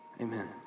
Amen